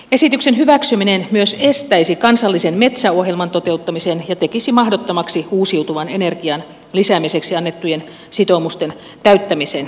esityksen hyväksyminen myös estäisi kansallisen metsäohjelman toteuttamisen ja tekisi mahdottomaksi täyttää uusiutuvan energian lisäämiseksi annetut sitoumukset